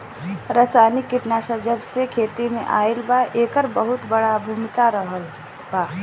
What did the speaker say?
रासायनिक कीटनाशक जबसे खेती में आईल बा येकर बहुत बड़ा भूमिका रहलबा